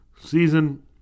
season